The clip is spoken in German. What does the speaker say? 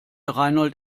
reinhold